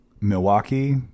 milwaukee